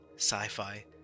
sci-fi